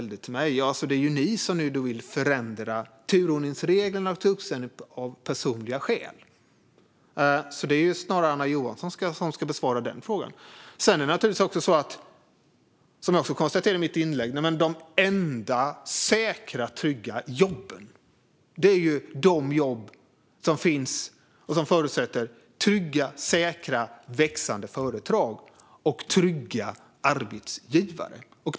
Det är ni som vill förändra turordningsreglerna för uppsägning av personliga skäl, så det är snarare Anna Johansson som ska förklara sig. Som jag också konstaterade i mitt inlägg finns de enda säkra och trygga jobben på säkra, trygga och växande företag och hos trygga arbetsgivare.